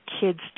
kids